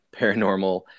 paranormal